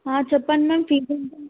చెప్పండి ma'am fees ఎంత